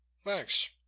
Thanks